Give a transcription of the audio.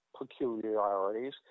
peculiarities